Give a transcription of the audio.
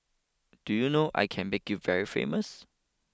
do you know I can make you very famous